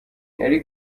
نری